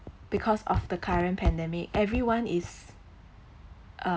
because of the current pandemic everyone is